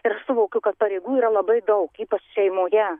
ir aš suvokiu kad pareigų yra labai daug ypač šeimoje